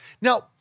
Now